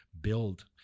build